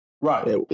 Right